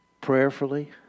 prayerfully